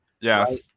Yes